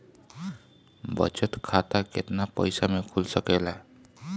बचत खाता केतना पइसा मे खुल सकेला?